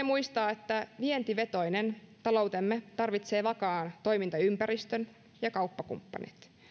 muistaa että vientivetoinen taloutemme tarvitsee vakaan toimintaympäristön ja kauppakumppanit